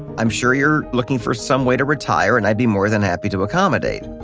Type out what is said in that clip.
i'm sure you're looking for some way to retire, and i'd be more than happy to accommodate.